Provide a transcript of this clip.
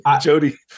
Jody